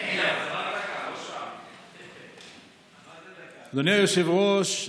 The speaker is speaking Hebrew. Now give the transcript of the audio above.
אדוני היושב-ראש,